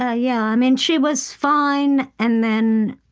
yeah yeah. i mean, she was fine and then,